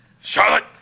Charlotte